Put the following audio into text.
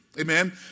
Amen